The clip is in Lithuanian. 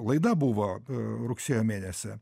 laida buvo a rugsėjo mėnesį